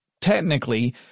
technically